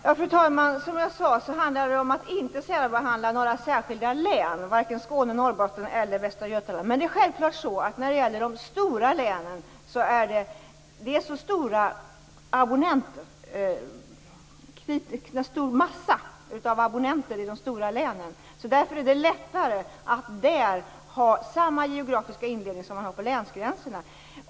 Herr talman! Som jag sade handlar det om att inte särbehandla några särskilda län - varken Skåne, Norrbotten eller Västra Götaland. I de stora länen finns det en så stor massa av abonnenter. Därför är det lättare att där ha samma geografiska indelning som gäller för länen.